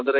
Madurai